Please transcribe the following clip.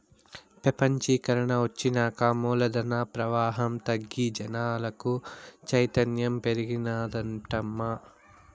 పెపంచీకరన ఒచ్చినాక మూలధన ప్రవాహం తగ్గి జనాలకు చైతన్యం పెరిగినాదటమ్మా